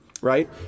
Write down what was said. right